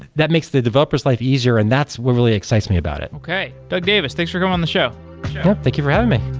that makes the developer's life easier and that's what really excites me about it okay. doug davis, thanks for coming on the show thank you for having me